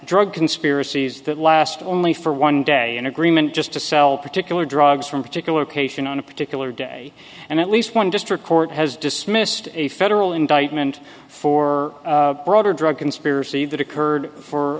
drug conspiracies that last only for one day an agreement just to sell particular drugs from particular cation on a particular day and at least one district court has dismissed a federal indictment for broader drug conspiracy that occurred for